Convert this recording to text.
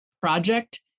project